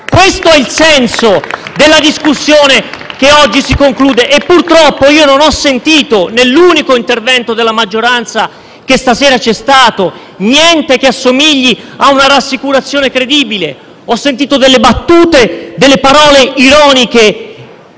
Questo è il senso della discussione che oggi si conclude. E purtroppo io non ho sentito, nell'unico intervento della maggioranza che stasera c'è stato, niente che assomigli a una rassicurazione credibile. Ho sentito delle battute, delle parole ironiche